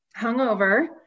hungover